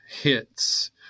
hits